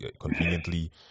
conveniently